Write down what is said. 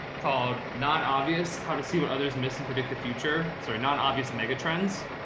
called not obvious how to see what others missing, predict the future. sorry. non-obvious mega trends,